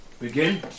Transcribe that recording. Begin